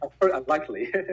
unlikely